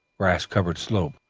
grass covered slope,